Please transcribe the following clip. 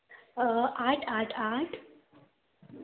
आट आट आट